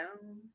down